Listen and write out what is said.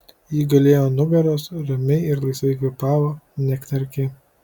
ji gulėjo ant nugaros ramiai ir laisvai kvėpavo neknarkė